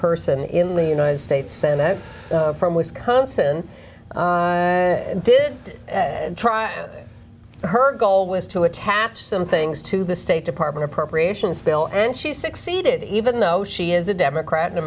person in the united states senate from wisconsin did try out her goal was to attach some things to the state department appropriations bill and she succeeded even though she is a democrat and a